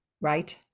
Right